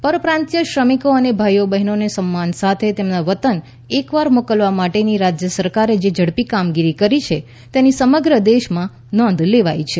પરપ્રાંતિયો શ્રમિકો અને ભાઇઓ બહેનોને સન્માન સાથે તેમના વતન એક વાર મોકલવા માટેની રાજ્ય સરકારે જે ઝડપી કામગીરી કરી છે તેની સમગ્ર દેશમાં નોંધ લેવાઇ છે